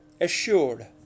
assured